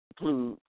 include